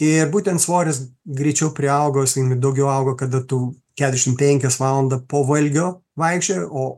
ir būtent svoris greičiau priauga jisai daugiau auga kada tu keturiasdešim penkias valandą po valgio vaikščiojai o